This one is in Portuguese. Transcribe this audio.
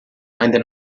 ainda